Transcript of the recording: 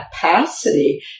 capacity